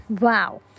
Wow